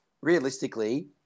realistically